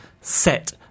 set